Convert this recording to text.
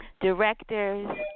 directors